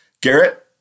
Garrett